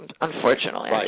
Unfortunately